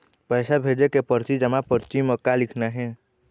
पैसा भेजे के परची जमा परची म का लिखना हे?